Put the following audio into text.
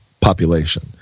population